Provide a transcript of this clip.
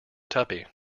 tuppy